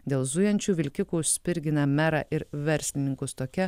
dėl zujančių vilkikų spirgina merą ir verslininkus tokia